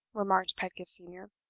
remarked pedgift senior,